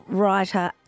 writer